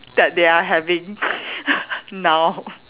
that they are having now